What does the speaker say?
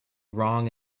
wrong